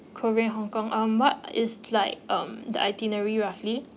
korea hong kong um what is like um the itinerary roughly